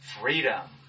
freedom